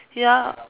ya